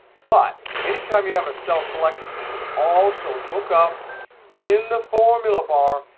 but any time you have a cell selected, you can also look up in the formula bar,